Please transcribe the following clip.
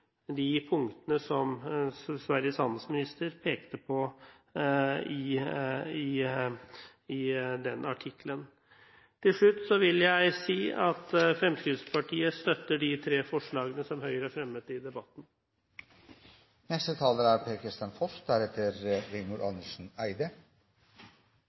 de punktene som Sveriges handelsminister pekte på i den artikkelen. Til slutt vil jeg si at Fremskrittspartiet støtter de tre forslagene som Høyre har fremmet i debatten. Jeg har bare lyst til å kommentere Bendiks H. Arnesens kommentarer til Høyres tre forslag. Jeg er